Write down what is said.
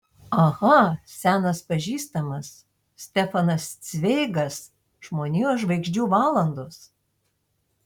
aha senas pažįstamas stefanas cveigas žmonijos žvaigždžių valandos